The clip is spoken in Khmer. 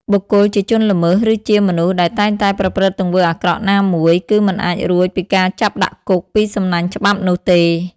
បុគ្គលជាជនល្មើសឬជាមនុស្សដែលតែងតែប្រព្រឹត្តទង្វើអាក្រក់ណាមួយ គឺមិនអាចរួចពីការចាប់ដាក់គុក ពីសំណាញ់ច្បាប់នោះទេ។